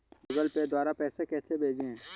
Google Pay द्वारा पैसे कैसे भेजें?